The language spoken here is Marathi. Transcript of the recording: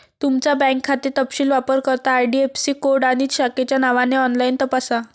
तुमचा बँक खाते तपशील वापरकर्ता आई.डी.आई.ऍफ़.सी कोड आणि शाखेच्या नावाने ऑनलाइन तपासा